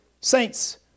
Saints